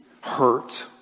hurt